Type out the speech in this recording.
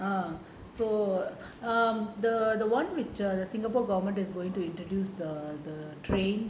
uh so um the [one] which err the singapore government is going to introduce the the train